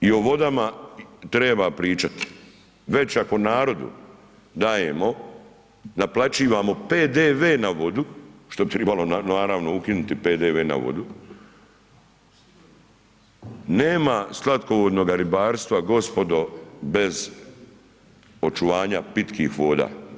I o vodama treba pričat, već ako narodu dajemo, naplaćivamo PDV na vodu, što bi tribalo ukinuti PDV na vodu, nema slatkovodnog gospodarstva gospodo bez očuvanja pitkih voda.